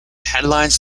headlines